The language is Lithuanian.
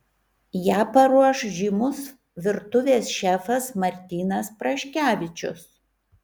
ją paruoš žymus virtuvės šefas martynas praškevičius